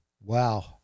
Wow